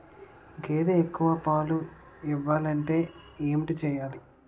గేదె ఎక్కువ పాలు ఇవ్వాలంటే ఏంటి చెయాలి?